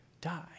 die